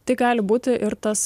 tai gali būti ir tas